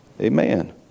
Amen